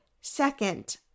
Second